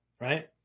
right